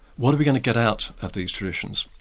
what are we going to get out of these traditions?